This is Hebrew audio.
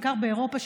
בעיקר באירופה,